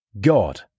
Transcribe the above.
God